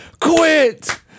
quit